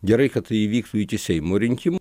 gerai kad tai įvyktų iki seimo rinkimų